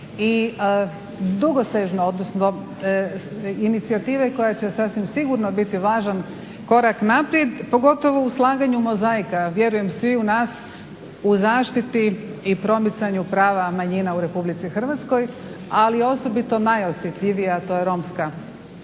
i dugosežne, odnosno inicijative koja će sasvim sigurno biti važan korak naprijed pogotovo u slaganju mozaika vjerujem sviju nas u zaštiti i promicanju prava manjina u Republici Hrvatskoj, ali osobito najosjetljivija a to je Romska nacionalna